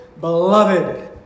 Beloved